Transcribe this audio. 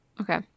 Okay